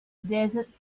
desert